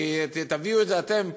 תביאו את זה אתם,